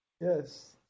Yes